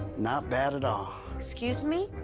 not bad at all. excuse me?